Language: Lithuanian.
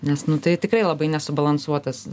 nes nu tai tikrai labai nesubalansuotas